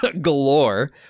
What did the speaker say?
galore